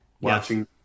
watching